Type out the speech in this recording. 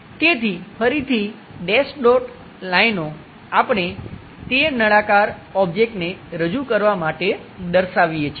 તેથી ફરીથી dash dot લાઇનો આપણે તે નળાકાર ઓબ્જેક્ટને રજૂ કરવાં માટે દર્શાવીએ છીએ